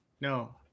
no